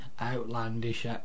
outlandish